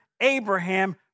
Abraham